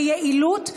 ביעילות,